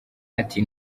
ati